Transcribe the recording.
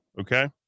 okay